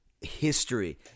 history